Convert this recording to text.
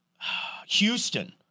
Houston